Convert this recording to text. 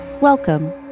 Welcome